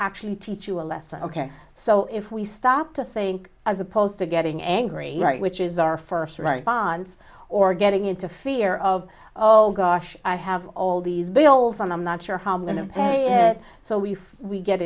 actually teach you a lesson ok so if we stop to think as opposed to getting angry right which is our first right bonds or getting into fear of oh gosh i have all these bills and i'm not sure how i'm going to so we we get